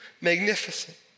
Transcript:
magnificent